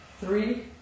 three